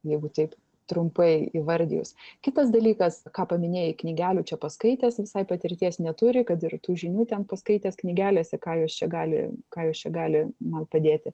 jeigu taip trumpai įvardijus kitas dalykas ką paminėjai knygelių čia paskaitęs visai patirties neturi kad ir tų žinių ten paskaitęs knygelėse ką jis čia gali ką jis čia gali man padėti